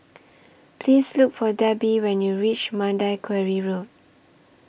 Please Look For Debby when YOU REACH Mandai Quarry Road